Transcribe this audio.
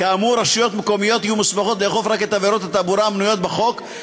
רשויות מקומיות יהיו מוסמכות לאכוף רק בעבירות התעבורה המנויות בחוק,